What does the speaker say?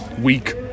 weak